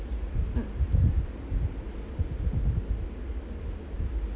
mm